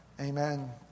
Amen